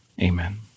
Amen